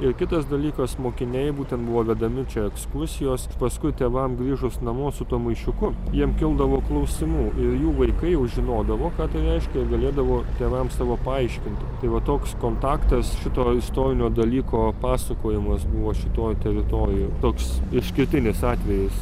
ir kitas dalykas mokiniai būtent buvo vedami čia ekskursijos paskui tėvam grįžus namo su tuo maišiuku jiem kildavo klausimų ir jų vaikai jau žinodavo ką tai reiškia ir galėdavo tėvam savo paaiškinti tai va toks kontaktas šito istorinio dalyko pasakojimas buvo šitoj teritorijoj toks išskirtinis atvejis